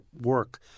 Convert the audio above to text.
work